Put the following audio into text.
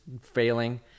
failing